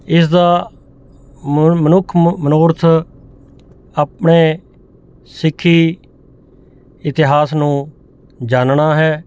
ਇਸ ਦਾ ਮ ਮਨੁੱਖ ਮ ਮਨੋਰਥ ਆਪਣੇ ਸਿੱਖੀ ਇਤਿਹਾਸ ਨੂੰ ਜਾਨਣਾ ਹੈ